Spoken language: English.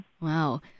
Wow